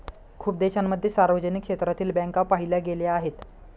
खूप देशांमध्ये सार्वजनिक क्षेत्रातील बँका पाहिल्या गेल्या आहेत